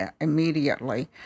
immediately